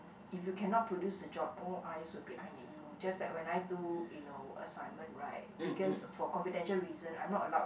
if you cannot produce a job all eyes will be on you just like when I do you know assignment right because for confidential reason I'm not allowed